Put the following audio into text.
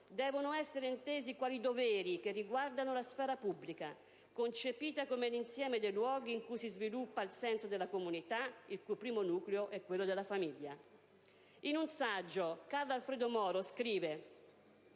devono essere intesi quali doveri che riguardano la sfera pubblica, concepita come l'insieme dei luoghi in cui si sviluppa il senso della comunità, il cui primo nucleo è quello della famiglia. In un saggio Carlo Alfredo Moro scrive: